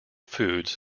foods